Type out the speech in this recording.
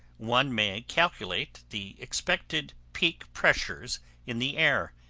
one may calculate the expected peak pressures in the air,